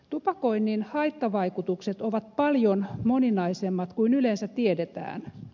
tupakoinnin haittavaikutukset ovat paljon moninaisemmat kuin yleensä tiedetään